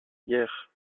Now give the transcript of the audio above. guerre